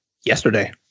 yesterday